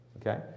okay